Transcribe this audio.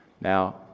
Now